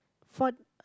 for